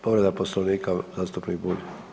Povreda Poslovnika, zastupnik Bulj.